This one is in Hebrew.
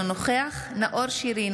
אינו נוכח נאור שירי,